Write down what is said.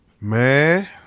Man